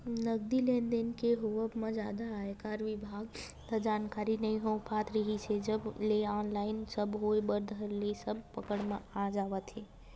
नगदी लेन देन के होवब म जादा आयकर बिभाग ल जानकारी नइ हो पात रिहिस हे जब ले ऑनलाइन सब होय बर धरे हे सब पकड़ म आ जात हे